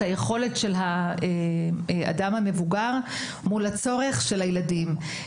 היכולת של האדם המבוגר מול הצורך של הילדים.